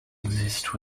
exist